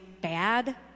bad